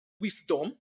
wisdom